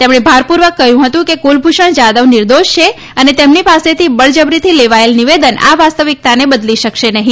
તેમણે ભારપૂર્વક કહ્યું હતું કે કુલભૂષણ જાધવ નિર્દોષ છે અને તેમની પાસેથી બળજબરીથી લેવાયેલ નિવેદન આ વાસ્તવિકતાને બદલી શકશે નહી